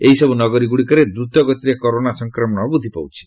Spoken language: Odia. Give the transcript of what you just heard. ଏହିସବୁ ନଗରୀ ଗୁଡ଼ିକରେ ଦ୍ରୁତଗତିରେ କରୋନା ସଂକ୍ରମଣ ବୃଦ୍ଧି ପାଉଛି